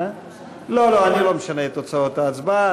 לא לא, אני לא משנה את תוצאות ההצבעה.